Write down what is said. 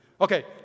Okay